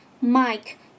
Mike